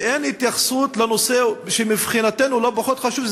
ואין התייחסות לנושא שמבחינתנו לא פחות חשוב,